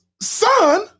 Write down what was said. son